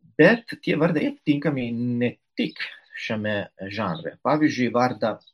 bet tie vardai aptinkami ne tik šiame žanre pavyzdžiui vardą